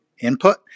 input